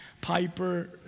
Piper